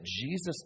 Jesus